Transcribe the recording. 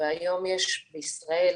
והיום יש בישראל,